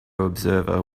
observer